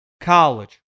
college